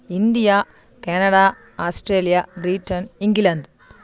India Canada Australia Britain England